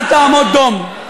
אתה תעמוד דום.